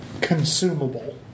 consumable